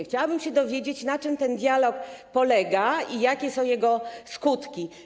Chciałabym się dowiedzieć, na czym ten dialog polega i jakie są jego skutki.